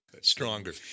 Stronger